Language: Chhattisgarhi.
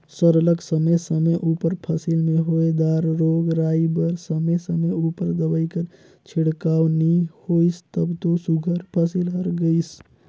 सरलग समे समे उपर फसिल में होए दार रोग राई बर समे समे उपर दवई कर छिड़काव नी होइस तब दो सुग्घर फसिल हर गइस